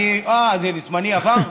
אה, זמני עבר?